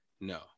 no